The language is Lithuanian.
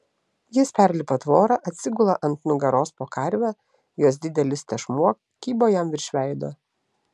jis perlipa tvorą atsigula ant nugaros po karve jos didelis tešmuo kybo jam virš veido